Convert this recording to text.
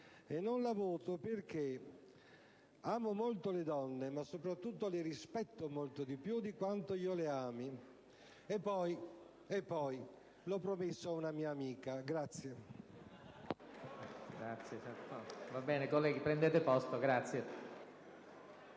non la voto perché amo molto le donne, ma soprattutto le rispetto molto di più di quanto le ami. E poi... l'ho promesso ad una mia amica.